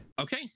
okay